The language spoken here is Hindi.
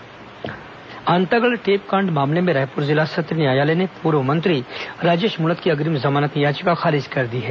मुणत अग्रिम जमानत अंतागढ टेपकांड मामले में रायपुर जिला सत्र न्यायालय ने पूर्व मंत्री राजेश मूणत की अग्रिम जमानत याचिका खारिज कर दी है